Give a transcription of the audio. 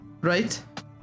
right